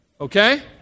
okay